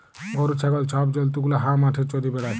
গরু, ছাগল ছব জল্তু গুলা হাঁ মাঠে চ্যরে বেড়ায়